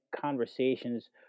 conversations